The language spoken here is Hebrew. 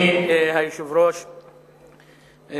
אדוני היושב-ראש,